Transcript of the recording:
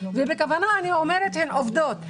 בכוונה אני אומרת שהן עובדות.